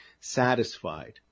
satisfied